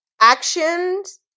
actions